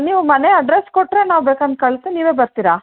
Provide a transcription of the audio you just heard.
ನೀವು ಮನೆ ಅಡ್ರೆಸ್ಸ್ ಕೊಟ್ಟರೆ ನಾವು ಬೇಕಂದ್ರ್ ಕಲ್ತು ನೀವೇ ಬರ್ತೀರಾ